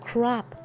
Crop